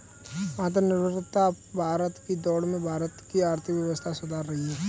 आत्मनिर्भर भारत की दौड़ में भारत की आर्थिक व्यवस्था सुधर रही है